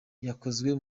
yakozwe